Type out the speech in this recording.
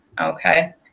Okay